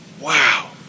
Wow